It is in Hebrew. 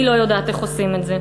אני לא יודעת איך עושים את זה.